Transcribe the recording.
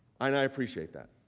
i appreciate that.